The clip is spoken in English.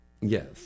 Yes